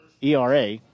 ERA